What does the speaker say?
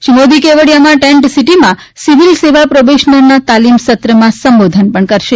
શ્રી મોદી કેવડિયામાં ટેંટ સિટીમાં સિવિલ સેવા પ્રોબેશનરના તાલીમ સત્રમાં પણ સંબોધન કરશે